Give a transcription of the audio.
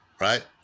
right